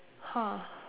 !huh!